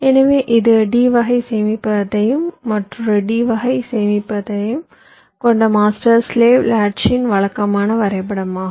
எனவே இது D வகை சேமிப்பகத்தையும் மற்றொரு D வகை சேமிப்பகத்தையும் கொண்ட மாஸ்டர் ஸ்லேவ் லாட்ச்சின் வழக்கமான வரைபடமாகும்